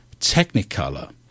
technicolor